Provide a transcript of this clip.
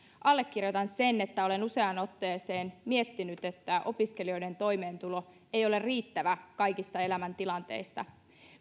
allekirjoitan sen että olen useaan otteeseen miettinyt että opiskelijoiden toimeentulo ei ole riittävä kaikissa elämäntilanteissa